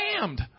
damned